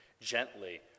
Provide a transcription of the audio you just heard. gently